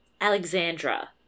Alexandra